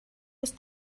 ist